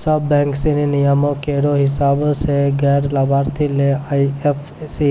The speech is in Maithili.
सब बैंक सिनी नियमो केरो हिसाब सें गैर लाभार्थी ले आई एफ सी